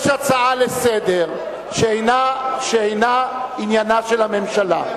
יש הצעה לסדר-היום שאינה עניינה של הממשלה,